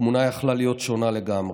התמונה יכולה להיות שונה לגמרי.